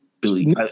Billy